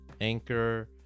anchor